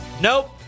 Nope